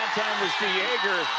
was de jager.